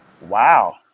Wow